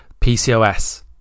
pcos